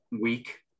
week